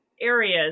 areas